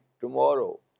tomorrow